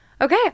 okay